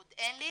עוד אין לי,